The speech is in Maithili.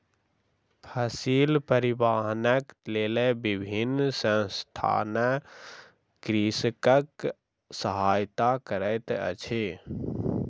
फसिल परिवाहनक लेल विभिन्न संसथान कृषकक सहायता करैत अछि